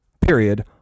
Period